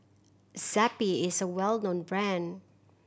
Zappy is a well known brand